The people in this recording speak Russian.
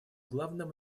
главным